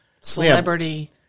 Celebrity